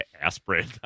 aspirin